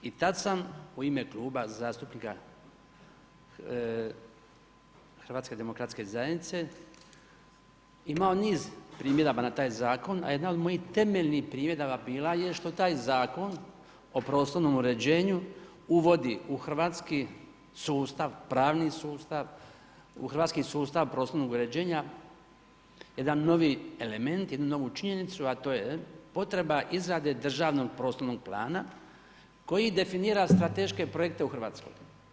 I tada sam u ime Kluba zastupnika HDZ-a imao niz primjedaba na taj zakon, a jedan od mojih temeljnih primjedaba bila je što taj Zakon o prostornom uređenju uvodi u hrvatski sustav, pravni sustav u hrvatski sustav prostornog uređenja jedan novi element, jednu novu činjenicu, a to je potreba izrade državnog prostornog plana koji definira strateške projekte u Hrvatskoj.